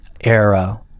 era